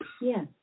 Yes